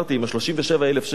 עם 37,000 השקל,